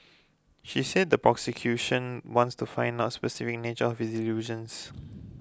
she said the prosecution wants to find out the specific nature of his delusions